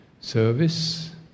Service